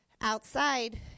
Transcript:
outside